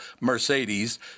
Mercedes